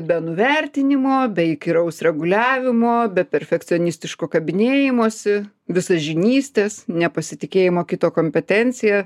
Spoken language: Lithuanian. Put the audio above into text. be nuvertinimo be įkyraus reguliavimo be perfekcionistiško kabinėjimosi visažinystės nepasitikėjimo kito kompetencija